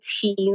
team